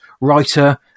writer